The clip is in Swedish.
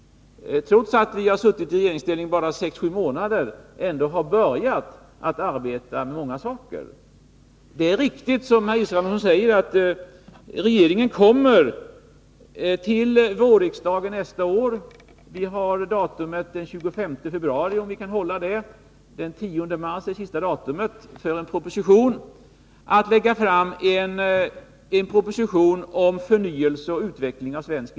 Trots att vi suttit i regeringsställning i bara sex sju månader, har vi ändå börjat arbeta med mycket. Det är riktigt, som herr Israelsson säger, att regeringen kommer att till vårriksdagen nästa år lägga fram en proposition om förnyelse och utveckling av svensk industri. Vi har datumet den 25 februari, och sista dagen för propositionen är den 10 mars.